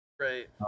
Right